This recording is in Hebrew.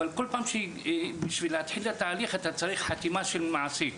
אבל כל פעם בשביל להתחיל את התהליך אתה צריך חתימה של מעסיק.